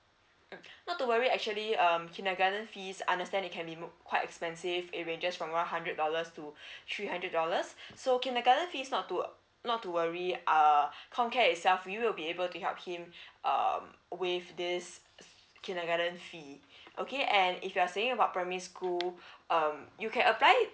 oh not to worry actually um kindergarten fees understand it can be mo~ quite expensive it ranges from one hundred dollars to three hundred dollars so kindergarten fees not to not to worry uh comcare itself we will be able to help him um with this kindergarten fee okay and if you are saying about primary school um you can apply